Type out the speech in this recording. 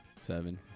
Seven